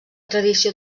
tradició